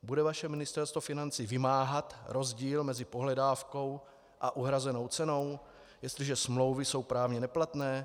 Bude vaše Ministerstvo financí vymáhat rozdíl mezi pohledávkou a uhrazenou cenou, jestliže smlouvy jsou právně neplatné?